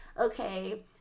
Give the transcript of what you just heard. okay –